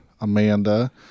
Amanda